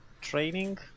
training